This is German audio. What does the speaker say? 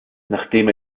nachdem